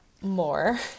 more